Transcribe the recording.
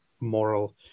moral